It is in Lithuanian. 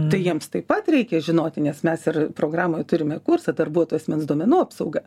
tai jiems taip pat reikia žinoti nes mes ir programoj turime kursą darbuotojų asmens duomenų apsauga